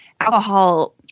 alcohol